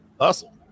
Hustle